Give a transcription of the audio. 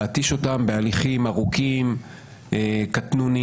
להתיש אותם בהליכים ארוכים, קטנוניים,